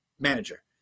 manager